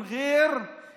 (אומר דברים בשפה הערבית,